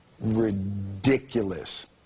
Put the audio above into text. ridiculous